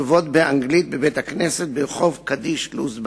וכתובות באנגלית בבית-הכנסת ברחוב קדיש לוז בעיר.